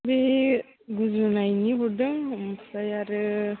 बे गुजुनायनि हरदों आमफ्राय आरो